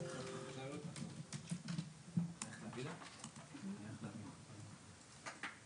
שלום רב, אני מתכבדת לפתוח את הישיבה.